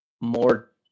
more